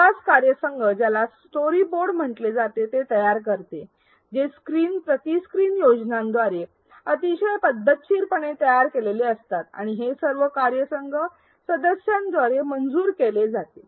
विकास कार्यसंघ ज्याला स्टोरीबोर्ड म्हटले जाते ते तयार करते जे स्क्रीन प्रति स्क्रीन योजनांद्वारे अतिशय पद्धतशीरपणे तयार केलेले असतात आणि हे सर्व कार्यसंघ सदस्यांद्वारे मंजूर केले जाते